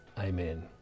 amen